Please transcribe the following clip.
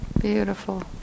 Beautiful